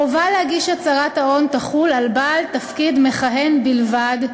החובה להגיש הצהרת הון תחול על בעל תפקיד מכהן בלבד,